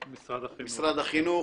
משרד החינוך.